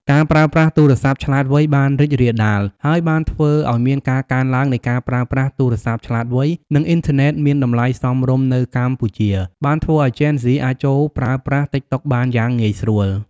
ការប្រើប្រាស់ទូរស័ព្ទឆ្លាតវៃបានរីករាលដាល ហើយបានធ្វើឲ្យមានការកើនឡើងនៃការប្រើប្រាស់ទូរស័ព្ទឆ្លាតវៃ និងអ៊ីនធឺណិតមានតម្លៃសមរម្យនៅកម្ពុជា បានធ្វើឱ្យជេនហ្ស៊ីអាចចូលប្រើប្រាស់តិកតុកបានយ៉ាងងាយស្រួល។